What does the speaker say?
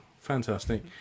fantastic